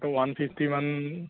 one ফিফ্টীমান